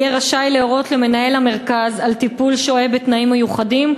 יהיה רשאי להורות למנהל המרכז על טיפול בשוהה בתנאים מיוחדים,